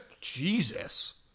Jesus